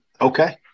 Okay